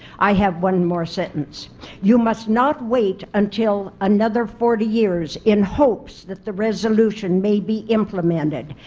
i have one more sentence you must not wait until another forty years in hopes that the resolution may be implemented,